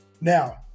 Now